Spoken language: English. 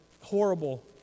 horrible